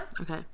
okay